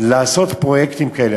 לעשות פרויקטים כאלה?